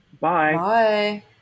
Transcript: Bye